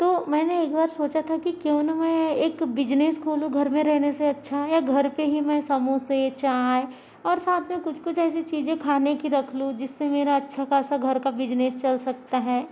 तो मैंने एक बार सोचा था कि क्यों न मैं एक बिजनेस खोलूँ घर में रहने से अच्छा है या घर पर ही मैं समोसे चाय और साथ में कुछ कुछ ऐसी चीज़ें खाने की रख लूँ जिससे मेरा अच्छा खासा घर का बिजनेस चल सकता हैं